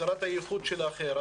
הכרת הייחוד של האחר,